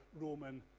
Roman